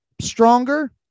stronger